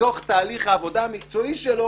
לתוך תהליך העבודה המקצועי שלו,